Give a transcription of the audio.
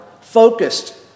focused